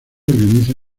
organiza